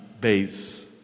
base